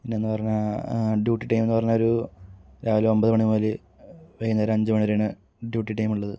പിന്നെ എന്ന് പറഞ്ഞാൽ ഡ്യൂട്ടി ടൈം എന്ന് പറഞ്ഞാൽ ഒരു രാവിലെ ഒൻപത് മണി മുതല് വൈകുന്നേരം അഞ്ച് മണിവരെയാണ് ഡ്യൂട്ടി ടൈം ഉള്ളത്